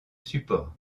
support